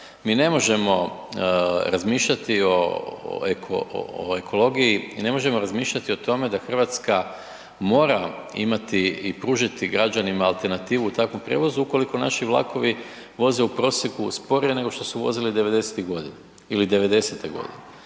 Mi ne možemo razmišljati o ekologiji, mi ne možemo razmišljati o tome da Hrvatska mora imati i pružiti građanima alternativu u takvom prijevozu ukoliko naši vlakovi voze u prosjeku sporije nego što su vozili '90.-tih godina ili '90.-te godine.